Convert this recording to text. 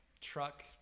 truck